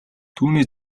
түүний